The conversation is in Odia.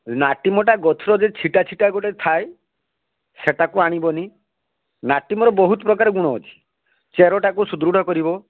ନାଟିମଟା ଗଛର ଯେ ଛିଟା ଛିଟା ଗୋଟେ ଥାଏ ସେଇଟାକୁ ଆଣିବନି ମାଟି ମୋର ବହୁତ ପ୍ରକାର ଗୁଣ ଅଛି ଚେରଟାକୁ ସୁଦୃଢ଼ କରିବ